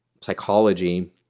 psychology